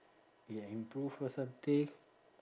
ya improved or something